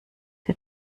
der